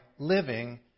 living